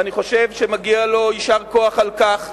ואני חושב שמגיע לו יישר כוח על כך,